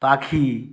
পাখি